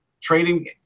trading